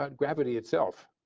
ah gravity itself.